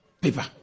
paper